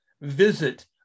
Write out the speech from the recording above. visit